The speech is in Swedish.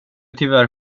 tyvärr